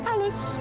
Alice